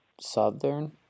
Southern